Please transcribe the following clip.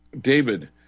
David